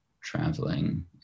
traveling